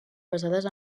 basades